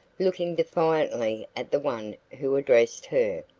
looking defiantly at the one who addressed her.